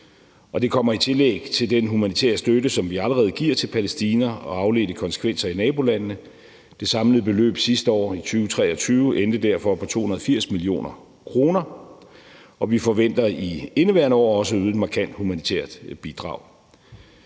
det kommer i tillæg til den humanitære støtte, som vi allerede giver til Palæstina og afledte konsekvenser i nabolandene. Det samlede beløb sidste år, 2023, endte derfor på 280 mio. kr., og vi forventer i indeværende år også at yde et markant humanitært bidrag.